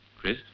Chris